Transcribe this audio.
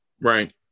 Right